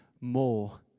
more